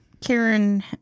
Karen